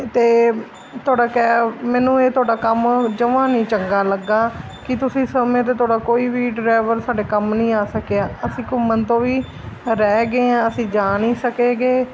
ਅਤੇ ਤੁਹਾਡਾ ਕੈਬ ਮੈਨੂੰ ਇਹ ਤੁਹਾਡਾ ਕੰਮ ਜਮਾਂ ਨਹੀਂ ਚੰਗਾ ਲੱਗਿਆ ਕਿ ਤੁਸੀਂ ਸਮੇਂ 'ਤੇ ਤੁਹਾਡਾ ਕੋਈ ਵੀ ਡਰੈਵਰ ਸਾਡੇ ਕੰਮ ਨਹੀਂ ਆ ਸਕਿਆ ਅਸੀਂ ਘੁੰਮਣ ਤੋਂ ਵੀ ਰਹਿ ਗਏ ਹਾਂ ਅਸੀਂ ਜਾ ਨਹੀਂ ਸਕੇ ਗੇ